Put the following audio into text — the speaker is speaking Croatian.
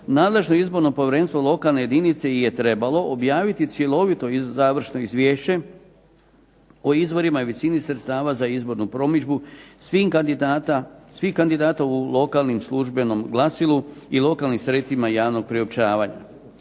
nadležno lokalno povjerenstvo jedinice je trebalo objaviti cjelovito izvješće o izvorima i visini sredstava za izbornu promidžbu svih kandidata u lokalnim službenom glasilu i lokalnim sredstvima javnog priopćavanja.